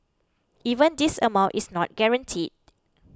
even this amount is not guaranteed